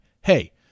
Hey